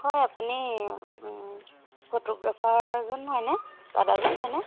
হয় আপুনি ফটোগ্ৰাফাৰজন হয়নে দাদাজন হয়নে